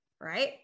Right